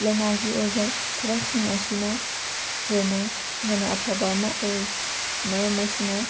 ꯂꯅꯥꯏꯒꯤ ꯑꯣꯏꯕ ꯊꯕꯛꯁꯤꯡ ꯑꯁꯤꯅ ꯍꯦꯟꯅ ꯍꯦꯟꯅ ꯑꯐꯕ ꯑꯃ ꯑꯣꯏ ꯃꯔꯝ ꯑꯁꯤꯅ